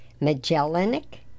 Magellanic